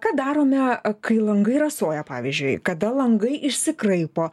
ką darome kai langai rasoja pavyzdžiui kada langai išsikraipo